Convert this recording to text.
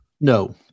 No